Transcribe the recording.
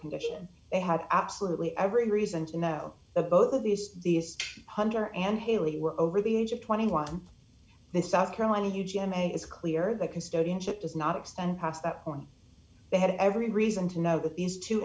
condition they have absolutely every reason to know of both of these these hunger and haley were over the age of twenty one in south carolina u g m a is clear the custodianship does not extend past that point they had every reason to know that these two